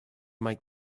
make